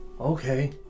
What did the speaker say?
Okay